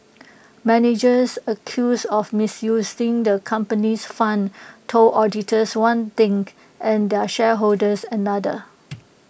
managers accused of misusing the company's funds told auditors one thing and their shareholders another